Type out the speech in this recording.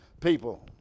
people